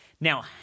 Now